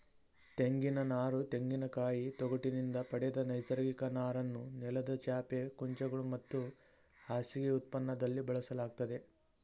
ತೆಂಗಿನನಾರು ತೆಂಗಿನಕಾಯಿ ತೊಗಟಿನಿಂದ ಪಡೆದ ನೈಸರ್ಗಿಕ ನಾರನ್ನು ನೆಲದ ಚಾಪೆ ಕುಂಚಗಳು ಮತ್ತು ಹಾಸಿಗೆ ಉತ್ಪನ್ನದಲ್ಲಿ ಬಳಸಲಾಗ್ತದೆ